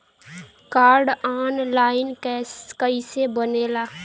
Card online कइसे बनेला?